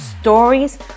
Stories